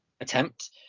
attempt